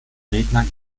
redner